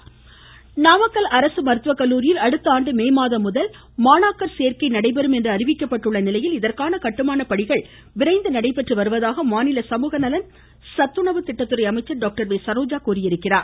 doctor V Saroja Namakkal அரசு மருத்துவ கல்லூரியில் அடுத்தஆண்டு மேமாதம் முதல் மாணாக்கர் சேர்க்கை நடைபெறும் என அறிவிக்கப்பட்டுள்ள நிலையில் இதற்கான கட்டுமான பணிகள் விரைந்து நடைபெற்று வருவதாக மாநில சமூகநலன் சத்துணவு திட்டத்துறை அமைச்சர் டாக்டர் வெ சரோஜா தெரிவித்திருக்கிறார்